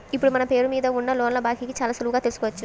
ఇప్పుడు మన పేరు మీద ఉన్న లోన్ల బాకీని చాలా సులువుగా తెల్సుకోవచ్చు